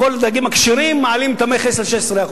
על כל הדגים הכשרים מעלים את המכס ב-16%.